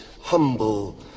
humble